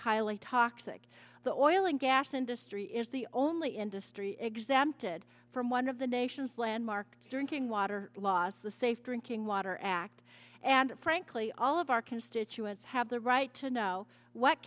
highly toxic the oil and gas industry is the only industry exempted from one of the nation's landmark drinking water loss the safe drinking water act and frankly all of our constituents have the right to know what